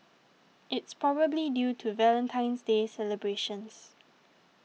it's probably due to Valentine's Day celebrations